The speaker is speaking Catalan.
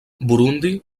burundi